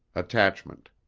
attachment